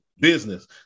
business